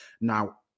Now